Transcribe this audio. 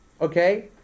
okay